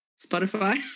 Spotify